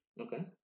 Okay